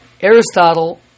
Aristotle